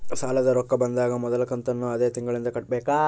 ಸಾಲದ ರೊಕ್ಕ ಬಂದಾಗ ಮೊದಲ ಕಂತನ್ನು ಅದೇ ತಿಂಗಳಿಂದ ಕಟ್ಟಬೇಕಾ?